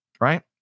right